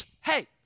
hey